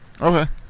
Okay